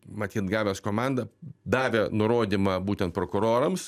matyt gavęs komandą davė nurodymą būtent prokurorams